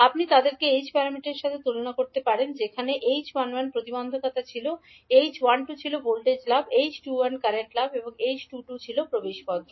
আপনি তাদেরকে H প্যারামিটারের সাথে তুলনা করতে পারেন যেখানে h11 প্রতিবন্ধকতা ছিল h12 ছিল ভোল্টেজ লাভ h21 কারেন্ট লাভ এবং h22 ছিল প্রবেশপত্র